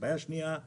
בעיה שנייה היא